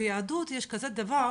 ביהדות יש כזה דבר,